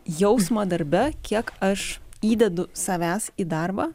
jausmą darbe kiek aš įdedu savęs į darbą